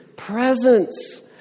presence